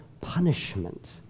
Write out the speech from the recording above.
punishment